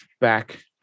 back